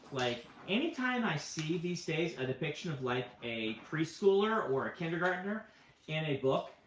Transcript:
like any time i see these days a depiction of like a preschooler or a kindergartener and a book,